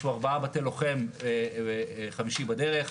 יש ארבעה בתי לוחם, חמישי בדרך.